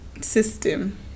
system